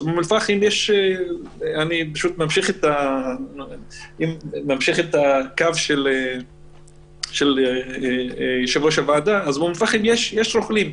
באום אל פאחם אני ממשיך את הקו של יושב-ראש הוועדה יש רוכלים.